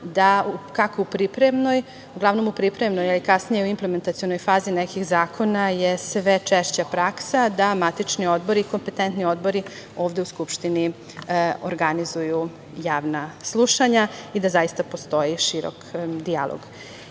dana, da uglavnom u pripremnoj, a kasnije u implementacionoj fazi nekih zakona, je sve češća praksa da matični odbori, kompetentni odbori, ovde u Skupštini organizuju javna slušanja i da zaista postoji širok dijalog. Da